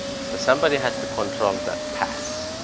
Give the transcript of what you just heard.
so somebody has to control that pass.